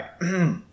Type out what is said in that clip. right